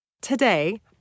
Today